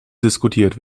diskutiert